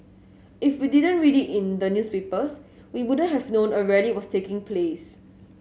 if we didn't read it in the newspapers we wouldn't have known a rally was taking place